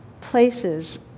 places